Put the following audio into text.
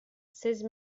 seize